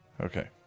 Okay